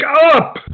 up